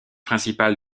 principal